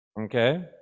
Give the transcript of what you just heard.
Okay